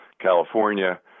California